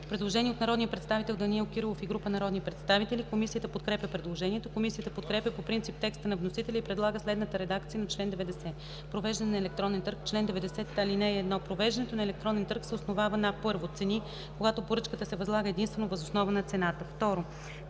Предложение от народния представител Данаил Кирилов и група народни представители. Комисията подкрепя предложението. Комисията подкрепя по принцип текста на вносителя и предлага следната редакция на чл. 90: „Провеждане на електронен търг Чл. 90. (1) Провеждането на електронен търг се основава на: 1. цени, когато поръчката се възлага единствено въз основа на цената; 2.